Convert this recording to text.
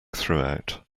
throughout